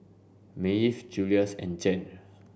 Maeve Julius and Jann